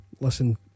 listen